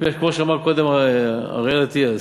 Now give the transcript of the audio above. כמו שאמר קודם אריאל אטיאס,